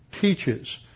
Teaches